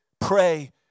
pray